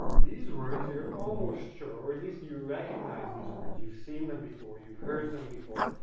these words you're almost sure, or at least you recognize these words, you've seen them before, you've heard them before.